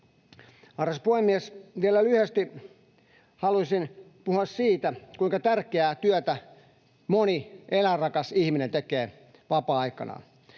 Arvoisa puhemies! Vielä lyhyesti haluaisin puhua siitä, kuinka tärkeää työtä moni eläinrakas ihminen tekee vapaa-aikanaan.